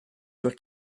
sur